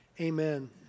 amen